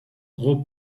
gros